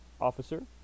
Officer